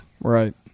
Right